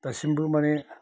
दासिमबो माने